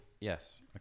yes